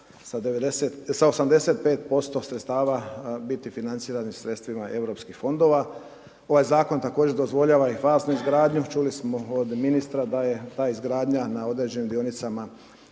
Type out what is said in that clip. sa 85% sredstava biti financiran sredstvima europskih fondova. Ovaj zakon također dozvoljava i…/Govornik se ne razumije/… izgradnju. Čuli smo od ministra da je ta izgradnja na određenim dionicama